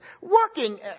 working